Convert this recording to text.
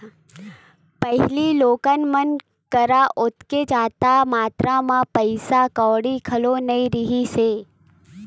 पहिली लोगन मन करा ओतेक जादा मातरा म पइसा कउड़ी घलो नइ रिहिस हे